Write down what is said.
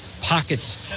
pockets